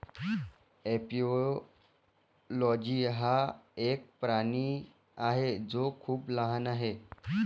एपिओलोजी हा एक प्राणी आहे जो खूप लहान आहे